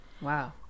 Wow